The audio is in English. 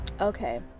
Okay